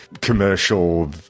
commercial